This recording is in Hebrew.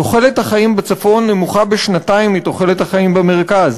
תוחלת החיים בצפון נמוכה בשנתיים מתוחלת החיים במרכז.